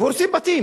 והורסים בתים.